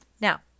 Now